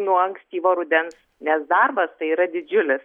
nuo ankstyvo rudens nes darbas tai yra didžiulis